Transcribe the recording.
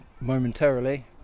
momentarily